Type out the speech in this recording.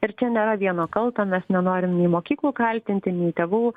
ir čia nėra vieno kalto mes nenorim nei mokyklų kaltinti nei tėvų